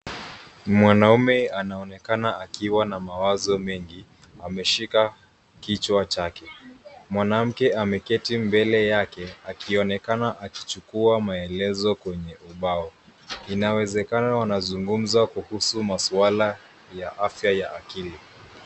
Mwanaume anaonekana akiwa na mawazo mengi. Ameshika kichwa chake. Mwanamke ameketi mbele yake , akionekana akichukua maelezo kwenye ubao. Inawezekana wanazungumza kuhusu maswala ya afya ya akili.